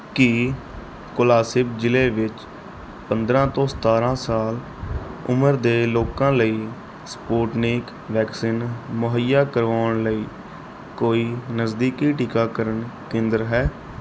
ਕੀ ਕੋਲਾਸਿਬ ਜ਼ਿਲ੍ਹੇ ਵਿੱਚ ਪੰਦਰ੍ਹਾਂ ਤੋਂ ਸਤਾਰ੍ਹਾਂ ਸਾਲ ਉਮਰ ਦੇ ਲੋਕਾਂ ਲਈ ਸਪੁਟਨਿਕ ਵੈਕਸੀਨ ਮੁਹੱਈਆ ਕਰਵਾਉਣ ਲਈ ਕੋਈ ਨਜ਼ਦੀਕੀ ਟੀਕਾਕਰਨ ਕੇਂਦਰ ਹੈ